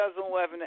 2011